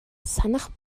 санах